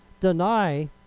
deny